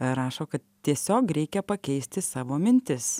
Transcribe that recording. rašo kad tiesiog reikia pakeisti savo mintis